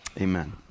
Amen